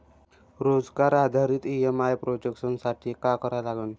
रोजगार आधारित EMI projection साठी का करा लागन?